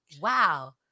Wow